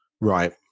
Right